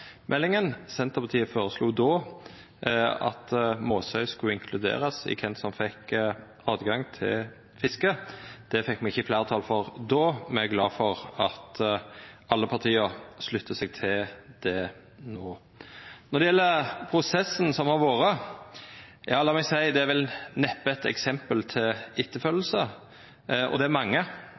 Senterpartiet føreslo då at Måsøy skulle inkluderast i kven som fekk tilgang til fisket. Det fekk me ikkje fleirtal for då, me er glade for at alle parti sluttar seg til det no. Når det gjeld prosessen som har vore: Lat meg seia at det er neppe eit eksempel å følgja. Det er mange,